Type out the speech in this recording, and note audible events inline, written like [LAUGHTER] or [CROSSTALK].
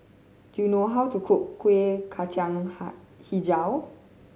do you know how to cook Kueh Kacang [UNINTELLIGIBLE] Hijau